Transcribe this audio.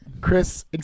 Chris